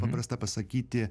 paprasta pasakyti